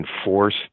enforce